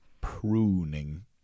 Pruning